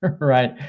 right